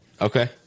okay